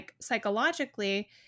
psychologically